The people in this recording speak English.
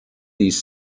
these